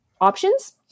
options